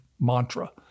mantra